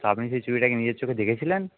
আপনি সেই চুরিটা কি নিজের চোখে দেখেছিলেন